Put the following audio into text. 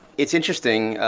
it's interesting.